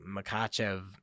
Makachev